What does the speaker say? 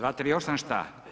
238. šta?